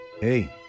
Hey